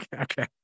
Okay